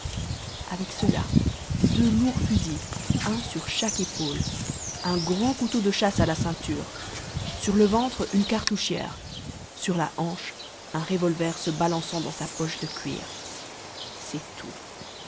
avec cela deux lourds fusils un sur chaque épaule un grand couteau de chasse à la ceinture sur le ventre une cartouchière sur la hanche un revolver se balançant dans sa poche de cuir c'est tout